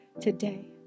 today